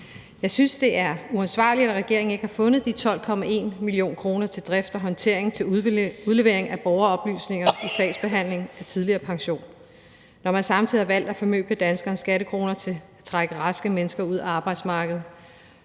Jeg synes, det er uansvarligt, at regeringen ikke har fundet de 12,1 mio. kr. til drift og håndtering til udlevering af borgeroplysninger i sagsbehandling af tidligere pension, når man samtidig har valgt at formøble danskernes skattekroner til at trække raske mennesker ud af arbejdsmarkedet